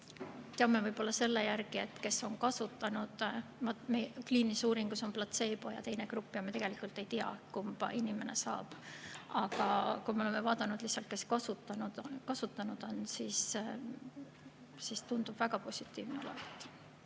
on mõjunud neile, kes on kasutanud. Kliinilises uuringus on platseebo- ja teine grupp ja me tegelikult ei tea, kumba inimene saab. Aga kui me oleme vaadanud neid, kes kasutanud on, siis tundub väga positiivne olevat.